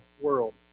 world